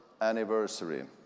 anniversary